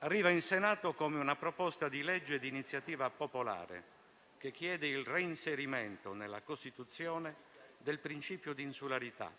Arriva in Senato come una proposta di legge di iniziativa popolare, che chiede il reinserimento nella Costituzione del principio di insularità,